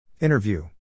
Interview